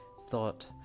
thought